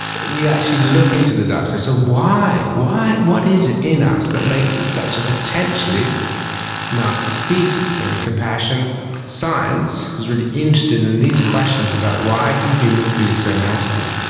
we actually look into the dark side. so why, what is it in us that makes us such a potentially nasty species? and compassion science is really interested in in these questions about why can humans be so nasty.